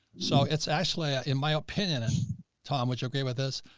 so it's ashley, ah in my opinion, and tom, which okay with us,